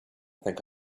think